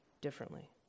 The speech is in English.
differently